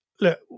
look